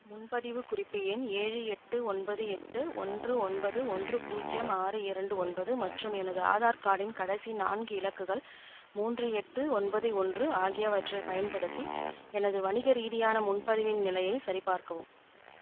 முன்பதிவு குறிப்பு எண் ஏழு எட்டு ஒன்பது எட்டு ஒன்று ஒன்பது ஒன்று பூஜ்யம் ஆறு இரண்டு ஒன்பது மற்றும் எனது ஆதார் கார்டின் கடைசி நான்கு இலக்குகள் மூன்று எட்டு ஒன்பது ஒன்று ஆகியவற்றைப் பயன்படுத்தி எனது வணிக ரீதியான முன்பதிவின் நிலையைச் சரிபார்க்கவும்